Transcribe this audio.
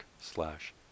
slash